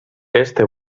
este